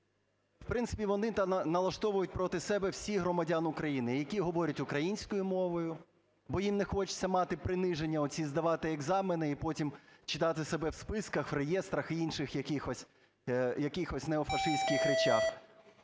В принципі, вони налаштовують проти себе всіх громадян України, які говорять українською мовою, бо їм не хочеться мати приниження оці, здавати екзамени і потім читати себе в списках, в реєстрах і інших якихось, якихось неофашистських речах.